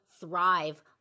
thrive